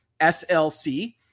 SLC